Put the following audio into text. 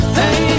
hey